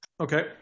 Okay